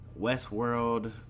Westworld